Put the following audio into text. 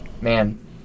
Man